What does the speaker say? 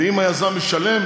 ואם היזם ישלם,